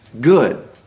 good